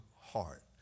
heart